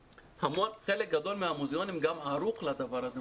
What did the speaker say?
חלק גדול מהמוזיאונים גם ערוך לדבר הזה.